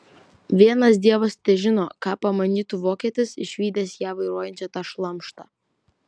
vienas dievas težino ką pamanytų vokietis išvydęs ją vairuojančią tą šlamštą